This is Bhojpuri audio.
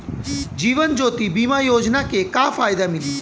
जीवन ज्योति बीमा योजना के का फायदा मिली?